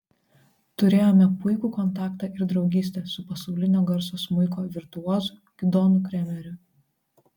turėjome puikų kontaktą ir draugystę su pasaulinio garso smuiko virtuozu gidonu kremeriu